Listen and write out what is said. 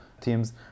teams